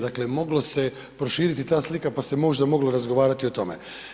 Dakle, moglo se proširiti ta slika, pa se možda moglo razgovarati i o tome.